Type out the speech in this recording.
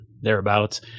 thereabouts